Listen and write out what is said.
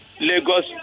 Lagos